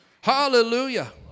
Hallelujah